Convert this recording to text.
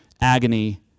agony